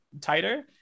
tighter